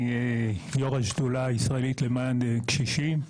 אני יושב-ראש השדולה הישראלית למען קשישים,